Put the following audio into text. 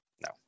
no